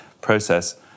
process